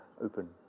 open